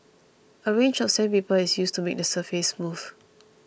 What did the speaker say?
a range of sandpaper is used to make the surface smooth